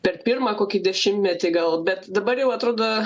per pirmą kokį dešimtmetį gal bet dabar jau atrodo